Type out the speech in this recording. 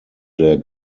der